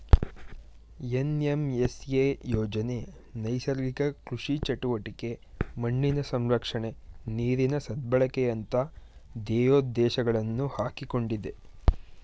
NMSA ಯೋಜನೆ ನೈಸರ್ಗಿಕ ಕೃಷಿ ಚಟುವಟಿಕೆ, ಮಣ್ಣಿನ ಸಂರಕ್ಷಣೆ, ನೀರಿನ ಸದ್ಬಳಕೆಯಂತ ಧ್ಯೇಯೋದ್ದೇಶಗಳನ್ನು ಹಾಕಿಕೊಂಡಿದೆ